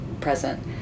present